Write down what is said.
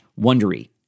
Wondery